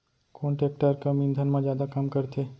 कोन टेकटर कम ईंधन मा जादा काम करथे?